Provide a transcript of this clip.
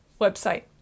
website